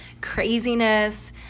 craziness